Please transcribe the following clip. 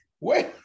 Wait